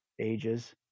ages